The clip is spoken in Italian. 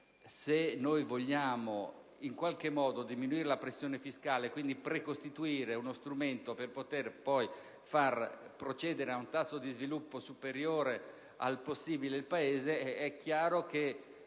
se vogliamo diminuire la pressione fiscale e quindi precostituire uno strumento per poter poi far procedere ad un tasso di sviluppo superiore possibile il Paese, è chiaro che